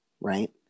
Right